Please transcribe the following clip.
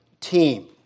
team